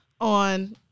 on